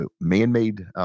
man-made